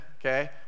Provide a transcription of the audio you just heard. okay